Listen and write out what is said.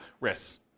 risks